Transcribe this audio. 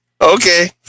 Okay